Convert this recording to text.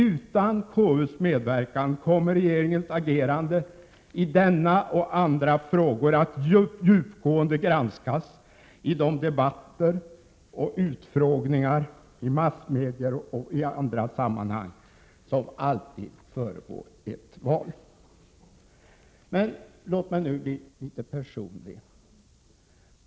Utan KU:s medverkan kommer regeringens agerande i denna och andra frågor att djupgående granskas i de debatter och utfrågningar i massmedier och andra sammanhang som alltid föregår ett val. Låt mig nu bli litet personlig!